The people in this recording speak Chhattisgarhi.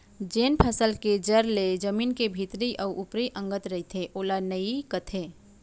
जेन फसल के जर ले जमीन के भीतरी अउ ऊपर अंगत रइथे ओला नइई कथें